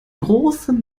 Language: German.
große